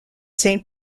saint